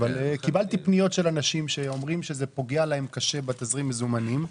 אבל קיבלתי פניות של אנשים שאומרים שזה פוגע להם קשה בתזרים המזומנים,